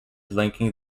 linking